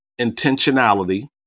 intentionality